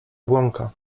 błąka